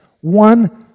one